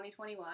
2021